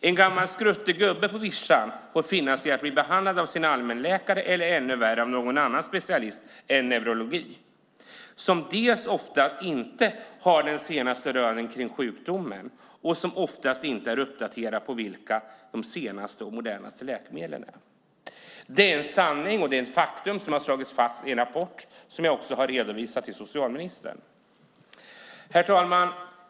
En gammal skruttig gubbe på vischan får finna sig i att behandlas av sin allmänläkare eller - ännu värre - av någon som är specialist inom ett annat område än neurologi och som sällan har de senaste rönen kring sjukdomen och sällan är uppdaterad på vilka som är de senaste och modernaste läkemedlen. Detta är en sanning och ett faktum som har slagits fast i en rapport som jag har redovisat för socialministern. Herr talman!